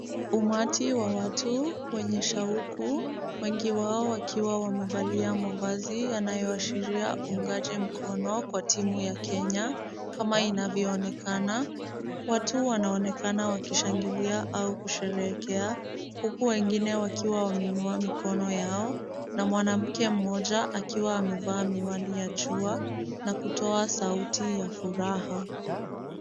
Umati wa watu wenye shauku, wengi wao wakiwa wamevalia mavazi yanayoashiria uungaji mkono kwa timu ya Kenya, kama inavyo onekana. Watu wanaonekana wakishangilia au kusherehekea, huku wengine wakiwa wameinua mikono yao, na mwanamke mmoja akiwa amevaa miwani ya jua, na kutoa sauti ya furaha.